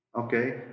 Okay